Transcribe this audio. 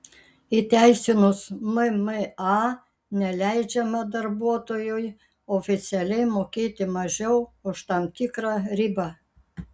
įteisinus mma neleidžiama darbuotojui oficialiai mokėti mažiau už tam tikrą ribą